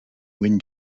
wind